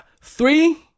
Three